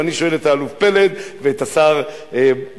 ואני שואל את האלוף פלד ואת השר בוגי,